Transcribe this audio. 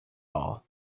all